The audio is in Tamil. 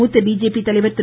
மூத்த பிஜேபி தலைவர் திரு